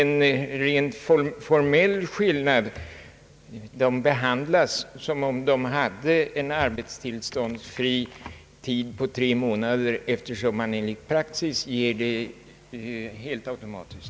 I Finland behandlas alltså dessa arbetare som om de hade en arbetstillståndsfri tid på tre månader, eftersom man enligt praxis utfärdar sådana arbetstillstånd helt automatiskt.